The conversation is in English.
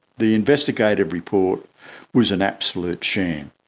the investigative report was an absolute sham.